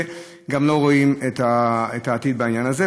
וגם לא רואים את העתיד בעניין הזה.